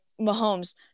Mahomes